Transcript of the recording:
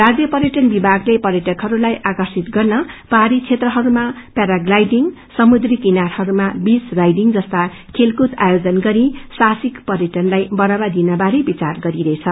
राज्य पर्यटन विभागले पर्यटकहरूलाई आकर्षित गर्न पाहाज़ी क्षेत्रहरूमा पैराग्लाईडिङ समुद्री किनाहस्तमा विच राईडिङ जस्ता खेलकूद आयोजन गरी साहसिक पर्यटनलाई बढ़ावा दिन बारे वियार गरिरहेछ